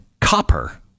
copper